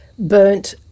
burnt